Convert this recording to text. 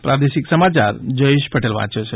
પ્રાદેશિક સમાચાર જયેશ પટેલ વાંચે છે